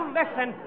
listen